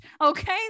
okay